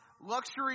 luxury